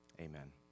Amen